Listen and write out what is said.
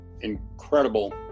incredible